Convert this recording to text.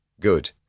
Good